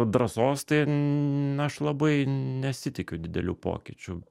drąsos tai na aš labai nesitikiu didelių pokyčių